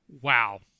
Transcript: wow